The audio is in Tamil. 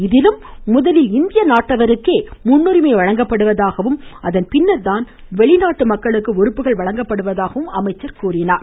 இதிலும் முதலில் இந்திய நாட்டவர்களுக்கே முன்னுரிமை வழங்கப்படுவதாகவும் அதற்கு பின்னர்தான் வெளிநாட்டு மக்களுக்கு உறுப்புகள் வழங்கப்படுவதாகவும் அமைச்சர் தெரிவித்தார்